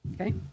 Okay